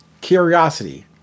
curiosity